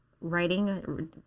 writing